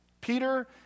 Peter